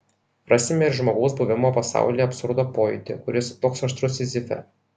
rasime ir žmogaus buvimo pasaulyje absurdo pojūtį kuris toks aštrus sizife